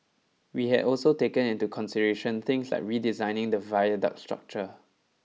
we had also taken into consideration things like redesigning the viaduct structure